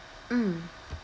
mm